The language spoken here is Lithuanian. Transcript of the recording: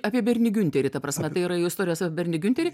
apie bernį giunterį ta prasme tai yra istorijos apie bernį giunterį